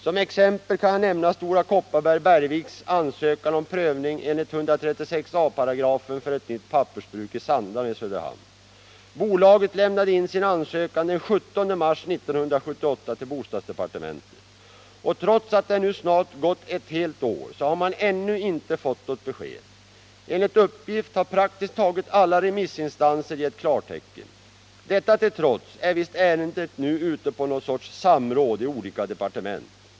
Som exempel kan jag nämna Stora Kopparbergs-Bergviks ansökan om prövning enligt 136 a § för ett nytt pappersbruk i Sandarne i Söderhamn. Bolaget lämnade in sin ansökan den 17 mars 1978 till bostadsdepartementet. Trots att det nu snart gått ett år så har man ännu inte fått något besked. Enligt uppgift har praktiskt taget alla remissinstanser gett klartecken. Detta till trots är visst ärendet nu ute på någon sorts samråd i olika departement.